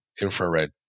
infrared